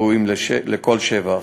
ראויים לכל שבח.